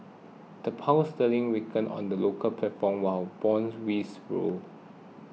the Pound sterling weakened on the local platform while bond rose